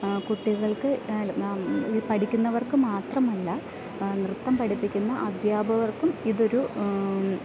കുട്ടികൾക്ക് ഈ പഠിക്കുന്നവർക്ക് മാത്രമല്ല നൃത്തം പഠിപ്പിക്കുന്ന അധ്യാപകർക്കും ഇതൊരു